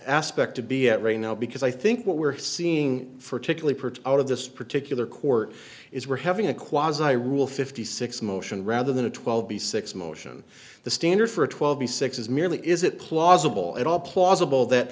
aspect to be at right now because i think what we're seeing for typically parts out of this particular court is we're having a quasi i rule fifty six motion rather than a twelve b six motion the standard for a twelve b six is merely is it plausible at all plausible that